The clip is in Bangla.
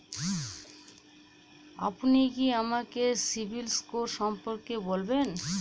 আপনি কি আমাকে সিবিল স্কোর সম্পর্কে বলবেন?